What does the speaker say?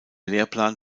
lehrplan